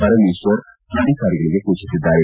ಪರಮೇಶ್ವರ್ ಅಧಿಕಾರಿಗಳಿಗೆ ಸೂಚಿಸಿದ್ದಾರೆ